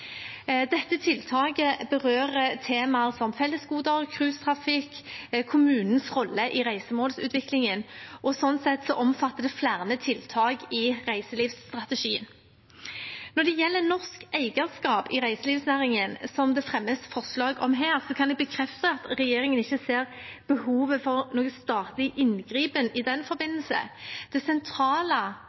Dette tiltaket berører temaer som fellesgoder, cruisetrafikk og kommunens rolle i reisemålsutviklingen, og sånn sett omfatter det flere tiltak i reiselivsstrategien. Når det gjelder norsk eierskap i reiselivsnæringen, som det fremmes forslag om her, så kan jeg bekrefte at regjeringen ikke ser behovet for noen statlig inngripen i den forbindelse. Det sentrale